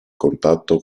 contatto